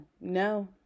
No